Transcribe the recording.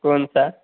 कौनसा